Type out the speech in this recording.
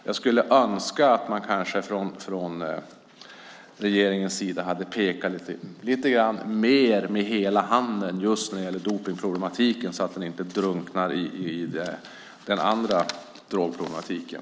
Jag skulle önska att man från regeringens sida hade pekat lite mer med hela handen just när det gäller dopningsproblematiken, så att den inte drunknar i den andra drogproblematiken.